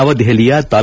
ನವದೆಹಲಿಯ ತಾಲ್ಲ